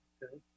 Okay